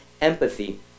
empathy